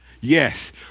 Yes